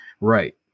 Right